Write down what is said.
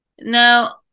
Now